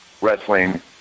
wrestling